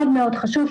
מאוד חשוב,